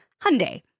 Hyundai